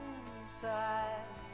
inside